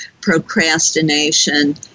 procrastination